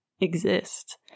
exist